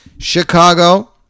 Chicago